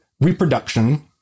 reproduction